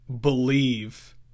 believe